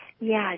Yes